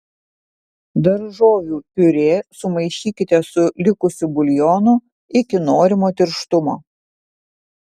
daržovių piurė sumaišykite su likusiu buljonu iki norimo tirštumo